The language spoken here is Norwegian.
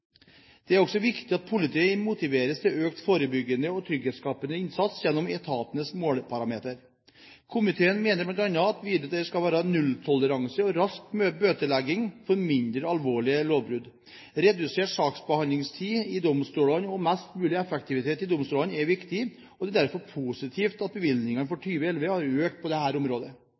Det er også viktig at politiet motiveres til økt forebyggende og trygghetsskapende innsats gjennom etatens måleparametre. Komiteen mener bl.a. videre at det skal være nulltoleranse og rask bøtelegging for mindre alvorlige lovbrudd. Redusert saksbehandlingstid i domstolene og mest mulig effektivitet i domstolene er viktig, og det er derfor positivt at bevilgningene for 2011 har økt på dette området.